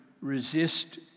resist